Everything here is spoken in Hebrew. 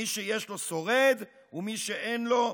מי שיש לו שורד ומי שאין לו,